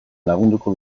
lagunduko